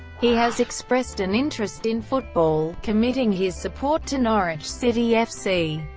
he has expressed an interest in football, committing his support to norwich city fc.